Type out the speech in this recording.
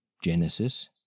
Genesis